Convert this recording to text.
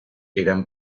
eran